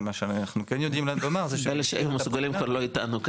אבל מה שאנחנו כן יודעים לומר --- אלה שהיו מסוגלים כבר לא איתנו.